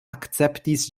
akceptis